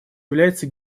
является